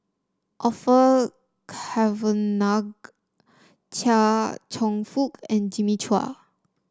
Orfeur Cavenagh Chia Cheong Fook and Jimmy Chua